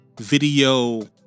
video